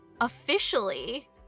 officially